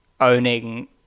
owning